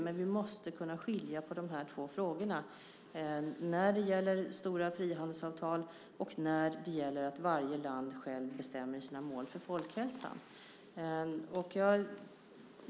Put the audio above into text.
Men vi måste kunna skilja på de här två frågorna när det gäller stora frihandelsavtal och när det gäller att varje land själv bestämmer sina mål för folkhälsan.